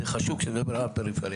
זה חשוב כשמדובר על הפריפריה.